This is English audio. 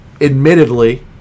Admittedly